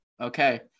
Okay